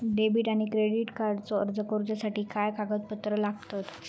Debit आणि credit कार्डचो अर्ज करुच्यासाठी काय कागदपत्र लागतत?